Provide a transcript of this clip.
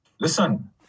Listen